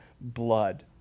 blood